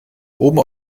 oben